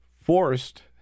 forced